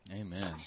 Amen